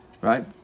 Right